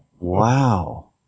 Wow